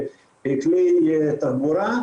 בכלי תחבורה,